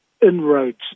inroads